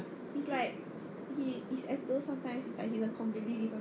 is like he is as though sometimes like he's a completely different person